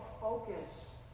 focus